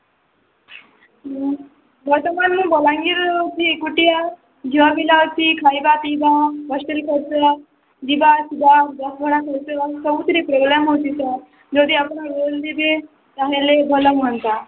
ବର୍ତ୍ତମାନ ମୁଁ ବଲାଙ୍ଗୀରରେ ରହୁଛି ଏକୁଟିଆ ଛୁଆ ପିଲା ଅଛି ଖାଇବା ପିଇବା ହଷ୍ଟେଲ୍ ଖର୍ଚ୍ଚ ଯିବା ଆସିବା ଭଡ଼ା ଖର୍ଚ୍ଚ ସବୁଥିରେ ପ୍ରୋବ୍ଲେମ୍ ହେଉଛି ସାର୍ ଯଦି ଆପଣ ରୋଲ୍ ଦେବେ ତା'ହେଲେ ଭଲ ହୁଅନ୍ତା